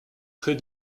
très